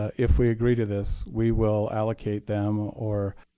ah if we agree to this, we will allocate them or